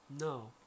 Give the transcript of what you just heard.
No